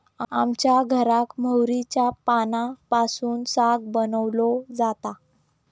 आमच्या घराक मोहरीच्या पानांपासून साग बनवलो जाता